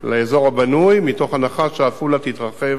לאזור הבנוי, מתוך הנחה שעפולה תתרחב